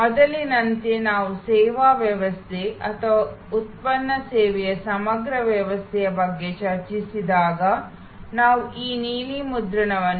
ಮೊದಲಿನಂತೆ ನಾವು ಸೇವಾ ವ್ಯವಸ್ಥೆ ಅಥವಾ ಉತ್ಪನ್ನ ಸೇವೆಯ ಸಮಗ್ರ ವ್ಯವಸ್ಥೆಯ ಬಗ್ಗೆ ಚರ್ಚಿಸಿದಾಗ ನಾವು ಈ ನೀಲಿ ನಕ್ಷೆಯನ್ನು